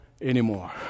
anymore